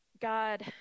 God